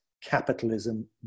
capitalism